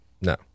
No